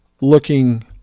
looking